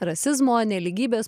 rasizmo nelygybės